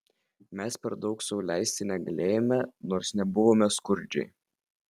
mes per daug sau leisti negalėjome nors nebuvome skurdžiai